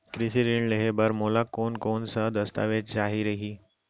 कृषि ऋण लेहे बर मोला कोन कोन स दस्तावेज चाही रही?